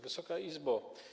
Wysoka Izbo!